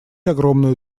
огромную